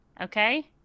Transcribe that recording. Okay